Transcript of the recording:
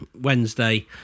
Wednesday